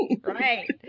right